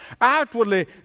Outwardly